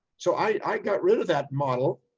so i got rid of that model.